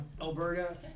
Alberta